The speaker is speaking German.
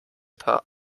paar